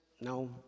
No